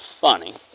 funny